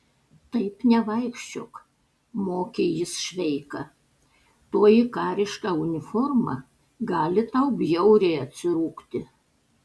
taip nevaikščiok mokė jis šveiką toji kariška uniforma gali tau bjauriai atsirūgti